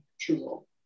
tool